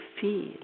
feel